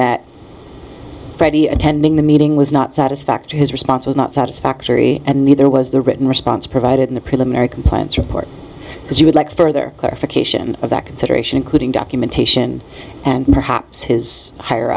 that freddy attending the meeting was not satisfactory his response was not satisfactory and neither was the written response provided in the preliminary compliance report because you would like further clarification of that consideration including documentation and perhaps his higher